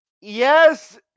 Yes